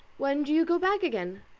when do you go back again?